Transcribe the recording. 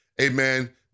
Amen